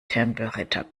tempelritter